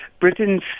Britain's